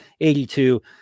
82